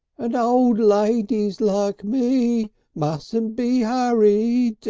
and old ladies like me mustn't be hurried.